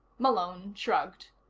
malone shrugged.